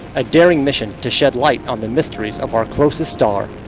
a daring mission to shed light on the mysteries of our closest star,